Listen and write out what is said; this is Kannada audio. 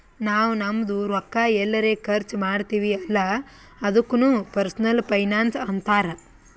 ನಾವ್ ನಮ್ದು ರೊಕ್ಕಾ ಎಲ್ಲರೆ ಖರ್ಚ ಮಾಡ್ತಿವಿ ಅಲ್ಲ ಅದುಕ್ನು ಪರ್ಸನಲ್ ಫೈನಾನ್ಸ್ ಅಂತಾರ್